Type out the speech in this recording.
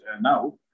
now